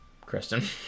Kristen